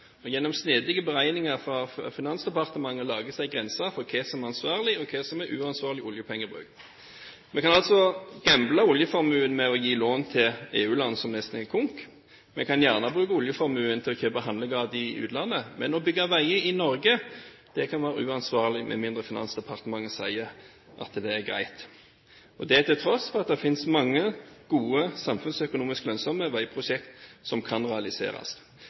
Gjennom snedige beregninger fra Finansdepartementet – å lage seg grenser for hva som er ansvarlig, og hva som er uansvarlig oljepengebruk – kan vi altså gamble med oljeformuen ved å gi lån til EU-land som nesten er konk. Vi kan gjerne bruke oljeformuen til å kjøpe handlegater i utlandet, men å bygge veier i Norge, kan være uansvarlig, med mindre Finansdepartementet sier at det er greit – og det til tross for at det finnes mange gode, samfunnsøkonomisk lønnsomme veiprosjekter som kan realiseres.